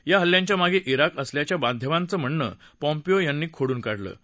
या हल्ल्यांच्या मागे इराक असल्याचा माध्यमांचं म्हणणं पॉम्पीयो त्यांनी खोडून काढलं आहे